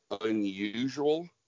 unusual